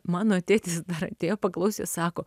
mano tėtis atėjo paklausyt sako